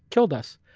killed us.